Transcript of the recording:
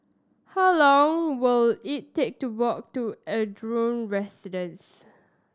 how long will it take to walk to Ardmore Residence